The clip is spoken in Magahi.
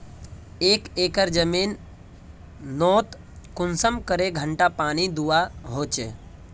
एक एकर जमीन नोत कुंसम करे घंटा पानी दुबा होचए?